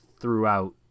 throughout